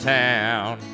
town